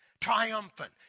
triumphant